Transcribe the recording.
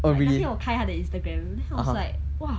like luckily 我开他的 instagram then I was like !wah!